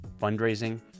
fundraising